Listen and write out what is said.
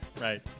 Right